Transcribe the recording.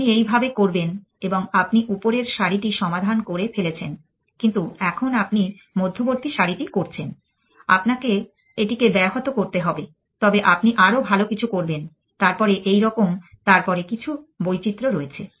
আপনি এইভাবে করবেন এবং আপনি উপরের সারিটি সমাধান করে ফেলেছেন কিন্তু এখন আপনি মধ্যবর্তী সারিটি করছেন আপনাকে এটিকে ব্যাহত করতে হবে তবে আপনি আরও ভাল কিছু করবেন তারপরে এইরকম তারপরে কিছু বৈচিত্র্য রয়েছে